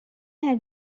have